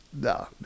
No